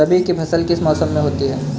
रबी की फसल किस मौसम में होती है?